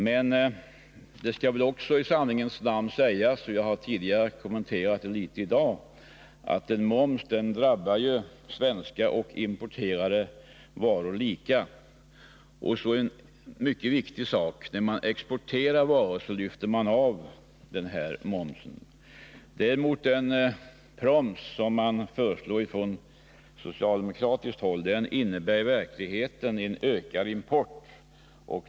Men det skall väl också i sanningens namn sägas — vi har kommenterat det litet grand tidigare i dag — att en moms drabbar svenska och importerade varor lika. Och en mycket viktig sak är att när man exporterar varor så lyfter man av den här momsen. Däremot innebär den proms som föreslås ifrån socialdemokratiskt håll i verkligheten en ökad import.